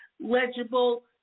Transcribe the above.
legible